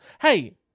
Hey